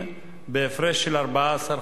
בהפרש של 14 חודשים.